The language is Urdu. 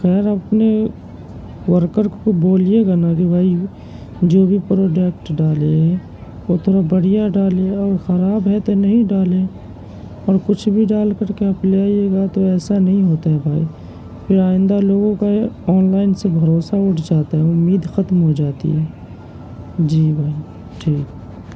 خیر اپنے ورکر کو بولیے گا نہ کہ بھائی جو بھی پروڈکٹ ڈالے وہ تھوڑا بڑھیا ڈالے اور خراب ہے تو نہیں ڈالے اور کچھ بھی ڈال کر کے آپ لے آئیے گا تو ایسا نہیں ہوتا ہے بھائی پھر آئندہ لوگوں کا یہ آن لائن سے بھروسہ اٹھ جاتا ہے امید ختم ہو جاتی ہے جی بھائی ٹھیک